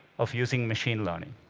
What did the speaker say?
of using machine learning.